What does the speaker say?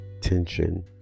tension